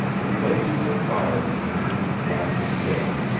the place where fire had been was black and dead,